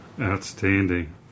Outstanding